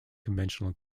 conventional